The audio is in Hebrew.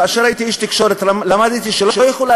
כאשר הייתי איש תקשורת למדתי שלא יכולה